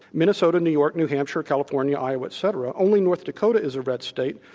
minnesota, new york, new hampshire, california, iowa, etc. only north dakota is a red state.